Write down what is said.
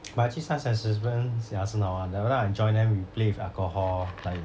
but actually science assessment ya 是很好玩 that time I join them we play with alcohol like